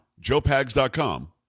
JoePags.com